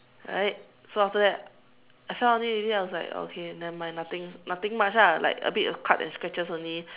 right so after that I fell on it already I was like okay nevermind like nothing much lah a bit cut and scratches only